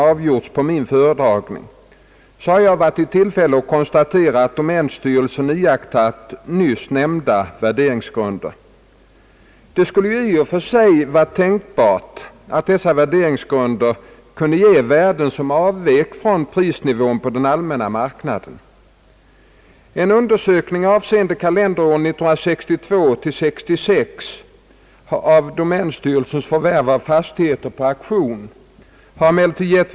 avgjorts på min föredragning; har jag varit i tillfälle att konstatera att domänstyrelsen iakttagit nyss nämnda värderingsgrunder. Det skulle i och för. sig vara tänkbart att dessa värderingsgrunder kunde ge värden som avvek från prisnivån på den allmänna marknaden. En undersökning avseende kalenderåren . 1962—1966 av domänstyrelsens förvärv av fastigheter på auktioner har emellertid: gett.